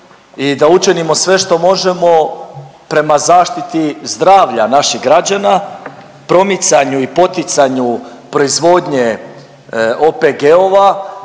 I da učinimo sve što možemo prema zaštiti zdravlja naših građana, promicanju i poticanju proizvodnje OPG-ova